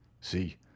See